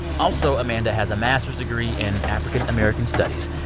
also, amanda has a master's degree in african american studies,